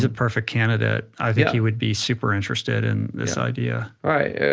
ah perfect candidate, i think he would be super interested in this idea. right,